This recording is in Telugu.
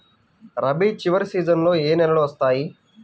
రబీ చివరి సీజన్లో ఏ నెలలు వస్తాయి?